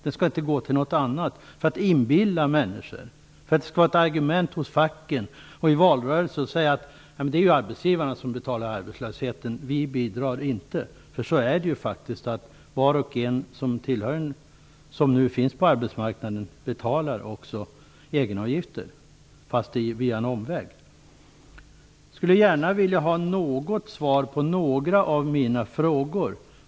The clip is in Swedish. De skall inte gå till något annat. Man skall inte inbilla människor - för att det skall vara ett argument hos facken och i valrörelsen - att det är arbetsgivarna som betalar arbetslösheten och att vi själva inte bidrar. Var och en som nu finns på arbetsmarknaden betalar också egenavgifter fast det sker via en omväg. Jag skulle gärna vilja ha åtminstone något svar på några av mina frågor.